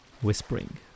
whispering